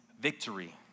victory